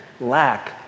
lack